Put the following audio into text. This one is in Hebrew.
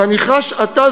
ואני חש עתה,